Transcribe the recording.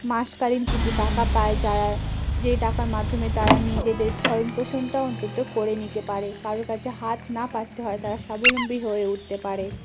মাসকালীন কিছু টাকা পায় যারা যে টাকার মাধ্যমে তারা নিজেদের ভরণ পোষণটা অত্যন্ত করে নিতে পারে কারো কাছে হাত না পাততে হয় তারা সাবলম্বী হয়ে উটতে পারে